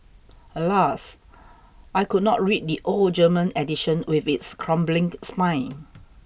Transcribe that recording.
alas I could not read the old German edition with its crumbling spine